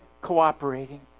cooperating